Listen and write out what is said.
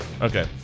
Okay